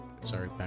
Sorry